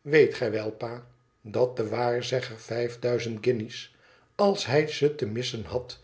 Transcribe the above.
weet gij wel pa dat de waarzegger vijf duizend guinjes als hij ze te missen had